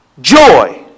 Joy